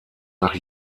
nach